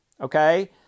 Okay